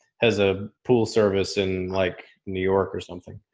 has a pool service in like new york or something.